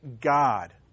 God